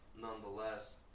nonetheless